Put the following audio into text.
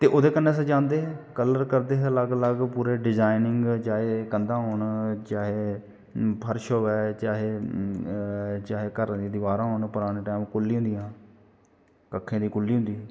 उदे कन्नै सजांदे हे कलर करदे हे अलग अलग पूरे डिजाइन इ'यां कंदां होन चाहे फर्श होऐ चाहे घार दियां दीवारां होन पराने टैम कुल्लियां होंदियां हियां कक्खें दी कुल्ली होंदी ही